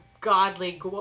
godly